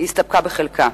היא הסתפקה בחלקה.